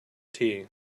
tea